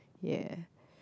ya